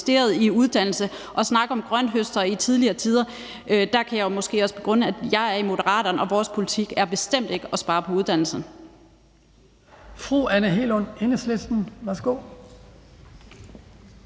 til snakken om en grønthøster i tidligere tider kan jeg jo måske også begrunde, at jeg er i Moderaterne, og at det bestemt ikke er vores politik at spare på uddannelsen.